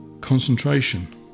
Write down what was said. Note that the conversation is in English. concentration